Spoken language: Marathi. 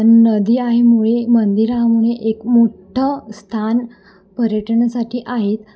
नदी आहे मुळे मंदिरामुळे एक मोठ्ठं स्थान पर्यटनासाठी आहेत